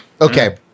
Okay